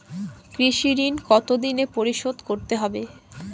কৃষি ঋণ কতোদিনে পরিশোধ করতে হবে?